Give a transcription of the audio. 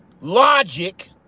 logic